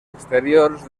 exteriors